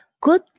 good